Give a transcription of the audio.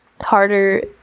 harder